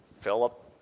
Philip